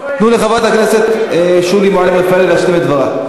תנו לחברת הכנסת שולי מועלם-רפאלי להשלים את דברה.